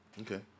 Okay